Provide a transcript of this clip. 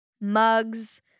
mugs